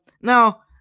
Now